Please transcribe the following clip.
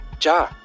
Ja